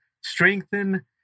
strengthen